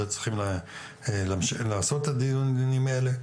שצריכים להמשיך לעשות את הדיונים האלה,